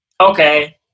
okay